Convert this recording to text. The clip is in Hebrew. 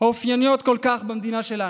האופייניות כל כך במדינה שלנו.